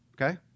okay